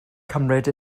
cymryd